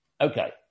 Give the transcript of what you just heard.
Okay